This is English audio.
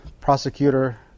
prosecutor